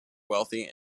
wealthy